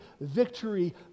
victory